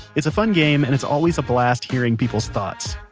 it's a fun game and it's always a blast hearing people's thoughts.